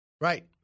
Right